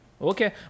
Okay